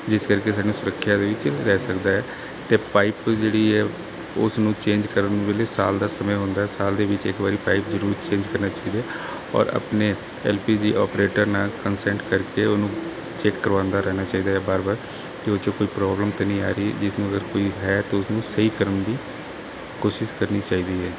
ਇਸ ਕਰਕੇ ਸਾਨੂੰ ਸੁਰੱਖਿਆ ਦੇ ਵਿੱਚ ਰਹਿ ਸਕਦਾ ਹੈ ਤੇ ਪਾਈਪ ਜਿਹੜੀ ਹੈ ਉਸ ਨੂੰ ਚੇਂਜ ਕਰਨ ਵੇਲੇ ਸਾਲ ਦਾ ਸਮਾਂ ਹੁੰਦਾ ਸਾਲ ਦੇ ਵਿੱਚ ਇੱਕ ਵਾਰੀ ਪਾਈਪ ਜਰੂਰ ਚੇਂਜ ਕਰਨਾ ਚਾਹੀਦਾ ਔਰ ਆਪਣੇ ਐਲਪੀਜੀ ਆਪਰੇਟਰ ਨਾਲ ਕੰਸਲਟ ਕਰਕੇ ਉਹਨੂੰ ਚੈੱਕ ਕਰਵਾਉਂਦਾ ਰਹਿਣਾ ਚਾਹੀਦਾ ਬਾਰ ਬਾਰ ਕੀ ਉਹ ਚੋਂ ਕੋਈ ਪ੍ਰੋਬਲਮ ਤੇ ਨਹੀਂ ਆ ਰਹੀ ਜਿਸ ਨੂੰ ਅਗਰ ਕੋਈ ਹੈ ਤੇ ਉਹਨੂੰ ਸਹੀ ਕਰਨ ਦੀ ਕੋਸ਼ਿਸ਼ ਕਰਨੀ ਚਾਹੀਦੀ ਹੈ